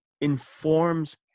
informs